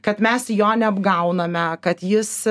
kad mes jo neapgauname kad jis